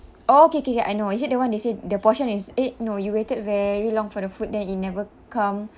oh okay okay okay I know is it that one they say the portion is eh no you waited very long for the food then it never come